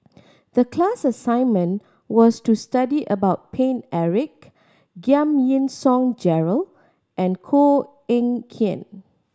the class assignment was to study about Paine Eric Giam Yean Song Gerald and Koh Eng Kian